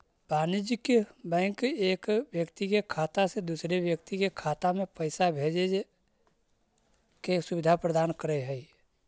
वाणिज्यिक बैंक एक व्यक्ति के खाता से दूसर व्यक्ति के खाता में पैइसा भेजजे के सुविधा प्रदान करऽ हइ